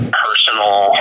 personal